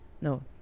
no